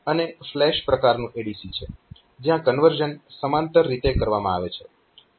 અને ફ્લેશ પ્રકારનું ADC છે જયાં કન્વર્ઝન સમાંતર રીતે કરવામાં આવે છે